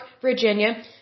Virginia